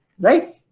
right